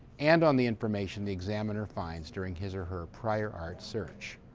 and on the information the examiner finds during his or her prior art search.